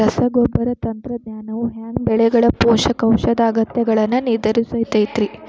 ರಸಗೊಬ್ಬರ ತಂತ್ರಜ್ಞಾನವು ಹ್ಯಾಂಗ ಬೆಳೆಗಳ ಪೋಷಕಾಂಶದ ಅಗತ್ಯಗಳನ್ನ ನಿರ್ಧರಿಸುತೈತ್ರಿ?